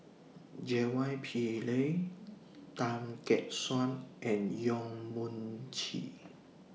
J Y Pillay Tan Gek Suan and Yong Mun Chee